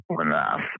enough